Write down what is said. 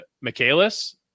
Michaelis